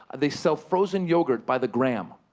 they sell frozen yogurt by the gram.